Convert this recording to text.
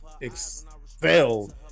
expelled